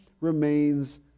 remains